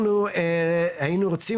אנחנו היינו רוצים,